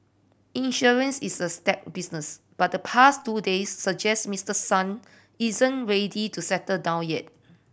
insurance is a staid business but the past two days suggest Mister Son isn't ready to settle down yet